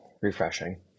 Refreshing